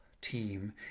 team